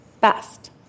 Best